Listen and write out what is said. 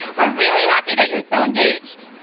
we're really happy that you're so engaged.